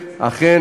אכן,